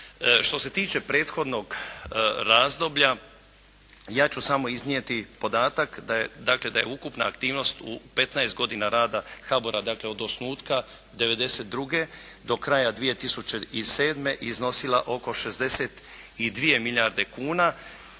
Što se tiče prethodnog razdoblja, ja ću samo iznijeti podatak, dakle da je ukupna aktivnost u 15 godina rada HBOR-a, dakle od osnutka '92. do kraja 2007. iznosila oko 62 milijarde kuna